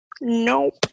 Nope